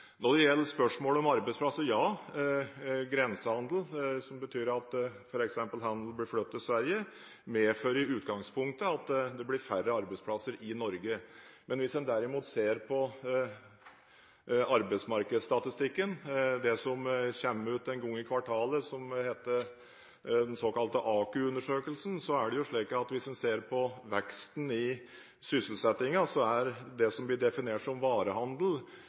Når det gjelder spørsmålet om arbeidsplasser: Ja, grensehandel, som betyr at f.eks. handel blir flyttet til Sverige, medfører i utgangspunktet at det blir færre arbeidsplasser i Norge. Hvis en derimot ser på arbeidsmarkedsstatistikken, den såkalte AKU-undersøkelsen som kommer ut en gang i kvartalet, så er det slik at hvis en ser på veksten i sysselsettingen, er det som blir definert som varehandel